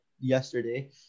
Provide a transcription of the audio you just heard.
yesterday